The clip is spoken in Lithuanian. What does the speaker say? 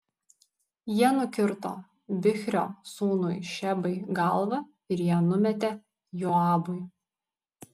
jie nukirto bichrio sūnui šebai galvą ir ją numetė joabui